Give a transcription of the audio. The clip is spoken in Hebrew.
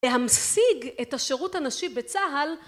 להמשיג את השירות הנשי בצהל